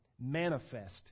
manifest